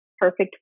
perfect